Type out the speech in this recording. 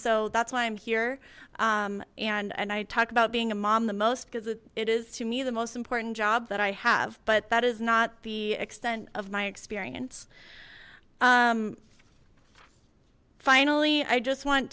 so that's why i'm here and and i talk about being a mom the most because it is to me the most important job that i have but that is not the extent of my experience finally i just want